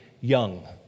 young